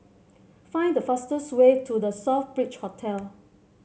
find the fastest way to The Southbridge Hotel